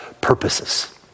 purposes